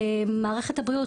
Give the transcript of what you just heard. מערכת הבריאות,